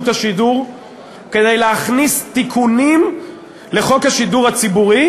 השידור כדי להכניס תיקונים לחוק השידור הציבורי,